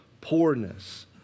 poorness